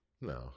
No